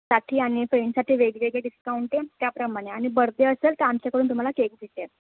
साठी आणि फ्रेंडस्साठी वेगवेगळे डिस्काउंट आहेत त्याप्रमाणे आणि बर्दे असेल तर आमच्याकडून तुम्हाला केक भेटेल